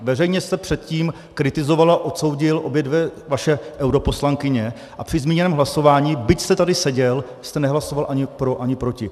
Veřejně jste předtím kritizoval a odsoudil obě dvě vaše europoslankyně a při zmíněném hlasování, byť jste tady seděl, jste nehlasoval ani pro ani proti.